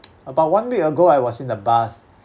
about one week ago I was in the bus